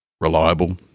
Reliable